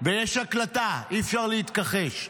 ויש הקלטה, אי-אפשר להתכחש.